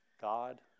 God